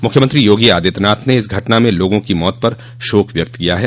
मुख्यमंत्री योगी आदित्यनाथ ने इस घटना में लोगों की मौत पर शोक व्यक्त किया है